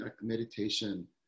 meditation